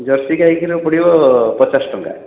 jersey ଗାଈ କ୍ଷୀର ପଡ଼ିବ ପଚାଶ ଟଙ୍କା